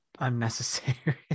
unnecessary